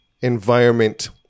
environment